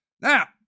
Now